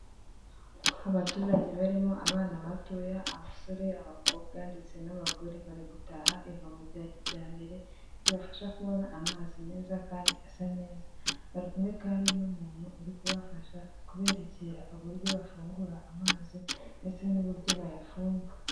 Abaturage barimo abana batoya, abasore, abakobwa ndetse n'abagore bari gutaha ivomo rya kijyambere ribafasha kubona amazi meza kandi asa neza, bari kumwe kandi n'umuntu uri kubafasha kubererekera uburyo bafungura amazi ndetse n'uburyo bayafunga.